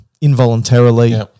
involuntarily